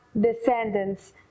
descendants